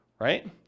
right